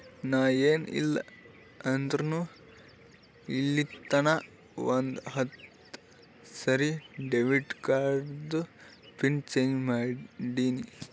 ನಾ ಏನ್ ಇಲ್ಲ ಅಂದುರ್ನು ಇಲ್ಲಿತನಾ ಒಂದ್ ಹತ್ತ ಸರಿ ಡೆಬಿಟ್ ಕಾರ್ಡ್ದು ಪಿನ್ ಚೇಂಜ್ ಮಾಡಿನಿ